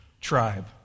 tribe